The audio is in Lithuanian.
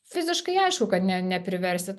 fiziškai aišku kad ne nepriversit